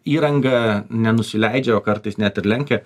įranga nenusileidžia o kartais net ir lenkia